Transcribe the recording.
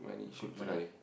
good money